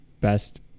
Best